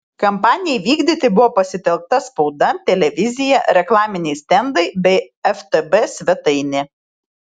kampanijai vykdyti buvo pasitelkta spauda televizija reklaminiai stendai bei ftb svetainė